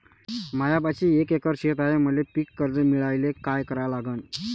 मायापाशी एक एकर शेत हाये, मले पीककर्ज मिळायले काय करावं लागन?